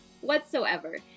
whatsoever